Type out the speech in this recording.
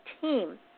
team